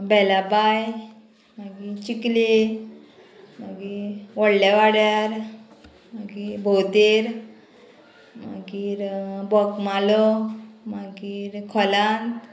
बेलापाय मागी चिकले मागीर व्हडले वाड्यार मागीर भोवतेर मागीर बोकमालो मागीर खोलांत